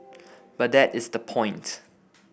but that is the point